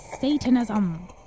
Satanism